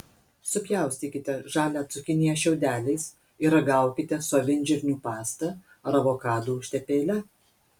supjaustykite žalią cukiniją šiaudeliais ir ragaukite su avinžirnių pasta ar avokadų užtepėle